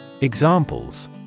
Examples